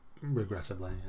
Regrettably